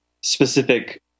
specific